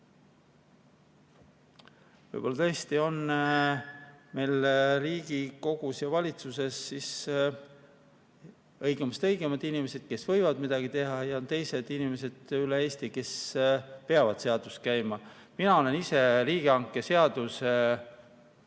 tõesti on meil Riigikogus ja valitsuses siis õigemast õigemad inimesed, kes võivad midagi teha, ja on teised inimesed üle Eesti, kes peavad seaduse järgi käima. Mina olen ise riigihangete seaduse